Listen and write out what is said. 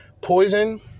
poison